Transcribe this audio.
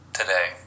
today